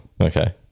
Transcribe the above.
okay